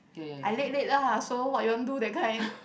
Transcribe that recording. I late late lah so what you want do that kind